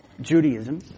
Judaism